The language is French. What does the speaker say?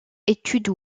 études